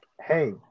hey